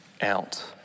out